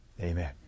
Amen